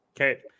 Okay